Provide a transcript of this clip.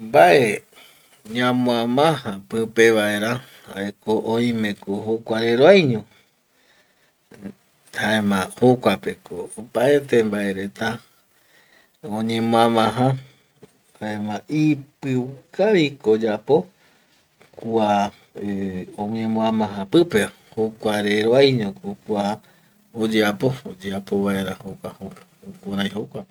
Mbae ñamoamaja pipe vaera jaeko oimeko jokuareroaiño jaema jokuapeko opaete mbae reta oñemoamaja jaema ipiu kaviko oyapo kua eh oñeñoamaja pipeva, jokua reroaiño kua oyeapo oyeapovaera jukurai jokuape